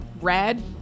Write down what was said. Red